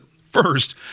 first